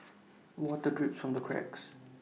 water drips from the cracks